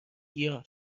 گیاه